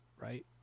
right